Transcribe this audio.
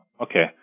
okay